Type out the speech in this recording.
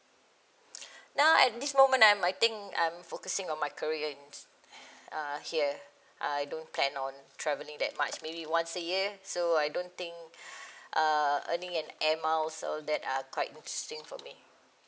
now at this moment I'm I think I'm focusing on my career in uh here uh I don't plan on traveling that much maybe once a year so I don't think uh earning an Air Miles all that are quite wasting for me